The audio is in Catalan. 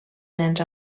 nens